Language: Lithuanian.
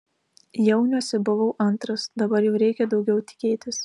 jauniuose buvau antras dabar jau reikia daugiau tikėtis